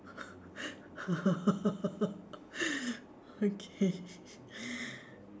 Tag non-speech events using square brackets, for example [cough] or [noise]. [laughs] okay [laughs]